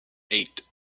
eight